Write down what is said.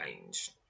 range